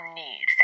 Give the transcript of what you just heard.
need